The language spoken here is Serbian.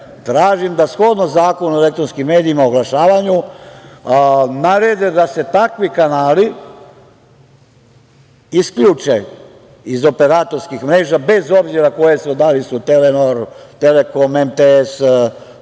tražim da shodno Zakonu o elektronskim medijima i oglašavanju narede da se takvi kanali isključe iz operatorskih mreža, bez obzira koje su, da li su Telenor, Telekom, MTS, SBB,